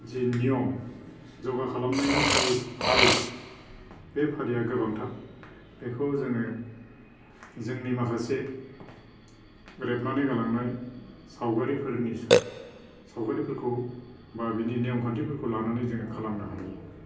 जि नियम जगा खालामनायनि जे फारि बे फारिया गोबांथार बेखौ जोङो जोंनि माखासे रेबनानै गालांनाय सावगारिफोरनि सावगारिफोरखौ बा बेनि नियम खान्थिफोरखौ लानानै जोङो खालामनो हायो